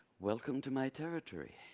welcome to my territory.